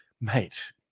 mate